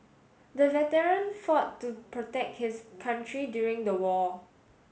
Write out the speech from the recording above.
the veteran fought to protect his country during the war